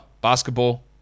Basketball